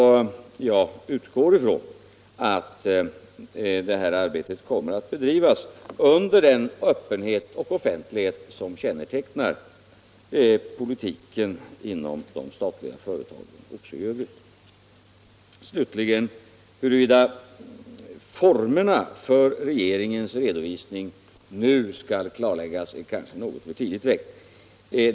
Jag utgår ifrån att detta arbete kommer att bedrivas under den öppenhet och offentlighet som kännetecknar politiken i övrigt inom de statliga företagen. Den sista frågan, om formerna för regeringens redovisning, är kanske något för tidigt väckt.